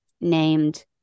named